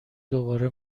دوباره